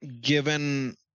given